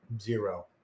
Zero